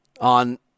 on